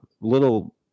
little